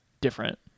different